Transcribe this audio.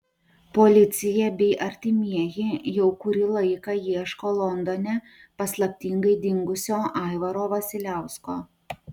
policija bei artimieji jau kurį laiką ieško londone paslaptingai dingusio aivaro vasiliausko